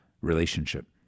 relationship